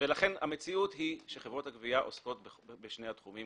לכן המציאות היא שחברות הגבייה עוסקות בשני התחומים